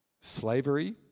Slavery